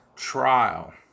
trial